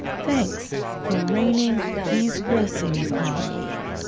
thanks for raining these blessings on me.